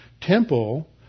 temple